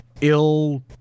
ill